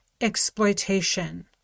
exploitation